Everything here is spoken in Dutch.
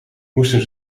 moesten